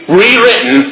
rewritten